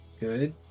Good